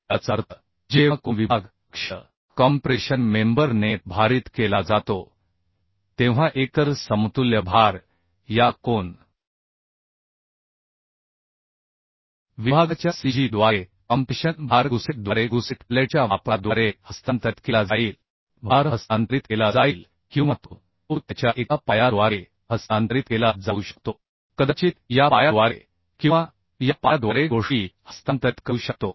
याचा अर्थ जेव्हा कोन विभाग अक्षीय कॉम्प्रेशन मेंबर ने भारित केला जातो तेव्हा एकतर समतुल्य भार या कोन विभागाच्या cg द्वारे कॉम्प्रेशन भार गुसेटद्वारे गुसेट प्लेटच्या वापराद्वारे हस्तांतरित केला जाईल भार हस्तांतरित केला जाईल किंवा तो त्याच्या एका पायाद्वारे हस्तांतरित केला जाऊ शकतो कदाचित या पायाद्वारे किंवा या पायाद्वारे गोष्टी हस्तांतरित करू शकतो